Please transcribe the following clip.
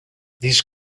these